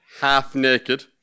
half-naked